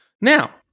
Now